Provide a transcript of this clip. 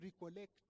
recollect